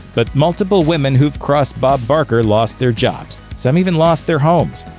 but multiple women who've crossed bob barker lost their jobs. some even lost their homes.